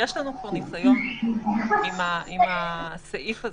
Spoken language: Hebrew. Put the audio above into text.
יש לנו כבר ניסיון עם הסעיף הזה.